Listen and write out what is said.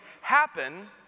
happen